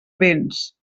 béns